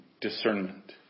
discernment